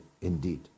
indeed